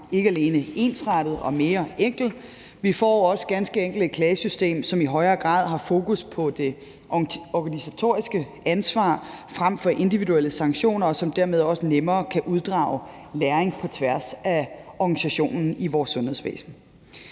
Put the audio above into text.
ikke alene ensrettet og mere enkel; vi får ganske enkelt også et klagesystem, som i højere grad har fokus på det organisatoriske ansvar frem for individuelle sanktioner, og som dermed også nemmere kan uddrage læring på tværs af organisationerne i vores sundhedsvæsen.